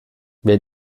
wer